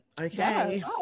okay